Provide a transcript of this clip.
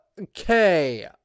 okay